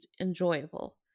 enjoyable